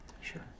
Sure